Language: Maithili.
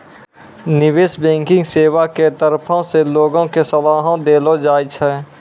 निबेश बैंकिग सेबा के तरफो से लोगो के सलाहो देलो जाय छै